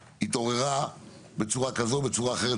התעוררה בצורה כזו או בצורה אחרת,